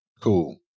cool